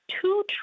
two